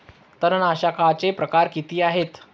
तणनाशकाचे प्रकार किती आहेत?